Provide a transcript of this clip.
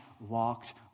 walked